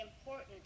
important